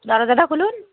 দরজাটা খুলুন